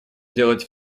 делать